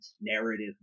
narrative